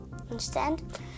understand